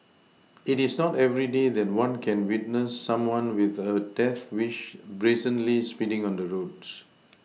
it is not everyday that one can witness someone with a death wish brazenly speeding on the roads